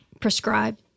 prescribe